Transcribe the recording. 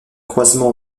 croisement